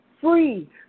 free